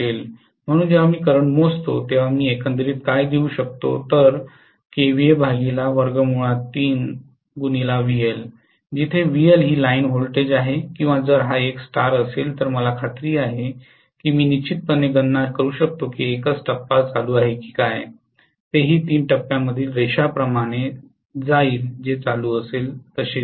म्हणून जेव्हा मी करंट मोजतो तेव्हा मी एकंदरीत काय घेऊ शकतो जिथे व्हीएल ही लाइन व्होल्टेज आहे किंवा जर हा एक स्टार असेल तर मला खात्री आहे की मी निश्चितपणे गणना करू शकतो की एकच टप्पा चालू काय आहे तेही तीन टप्प्यातील रेषाप्रमाणे जाईल चालू तसेच